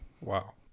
Wow